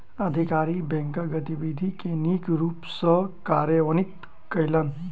अधिकारी बैंकक गतिविधि के नीक रूप सॅ कार्यान्वित कयलैन